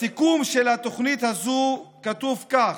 בסיכום של התוכנית הזו כתוב כך,